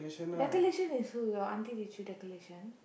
decoration is who your auntie teach you decoration